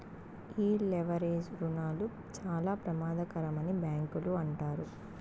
ఈ లెవరేజ్ రుణాలు చాలా ప్రమాదకరమని బ్యాంకులు అంటారు